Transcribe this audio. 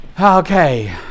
Okay